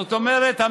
זאת אומרת,